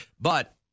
But-